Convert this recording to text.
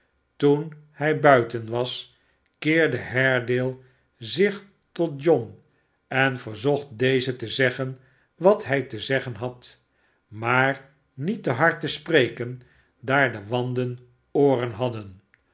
toen hij huiten was keerde haredale zich tot john en verzocht dezen te zeggen wat hij te zeggen had maar niet te hard te spreken daar de wanden ooren hadden